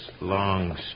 long